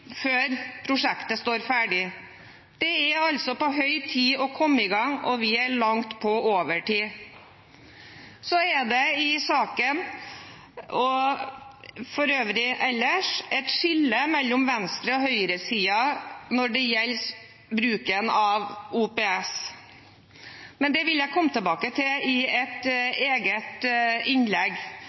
før prosjektet står ferdig. Det er altså på høy tid å komme i gang, og vi er langt på overtid. Så er det i saken og ellers et skille mellom venstresiden og høyresiden når det gjelder bruken av OPS, men det vil jeg komme tilbake til i et eget innlegg.